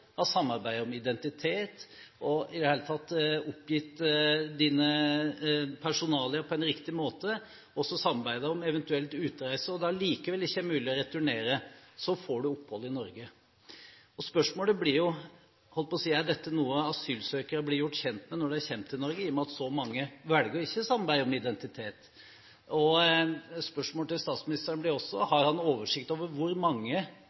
har samarbeidet om identitet og i det hele tatt oppgitt dine personalia på en riktig måte, og samarbeidet om eventuell utreise, og det da likevel ikke er mulig å returnere, så får du opphold i Norge. Spørsmålet blir: Er dette noe asylsøkerne blir gjort kjent med når de kommer til Norge, i og med at så mange velger å ikke samarbeide om identitet? Spørsmålet til statsministeren blir også: Har han oversikt over hvor mange